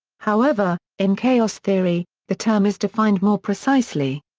however, in chaos theory, the term is defined more precisely.